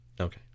Okay